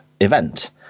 event